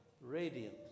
radiant